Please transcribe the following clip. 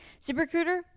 ZipRecruiter